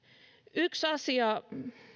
yksi asia